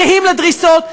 קהים לדריסות,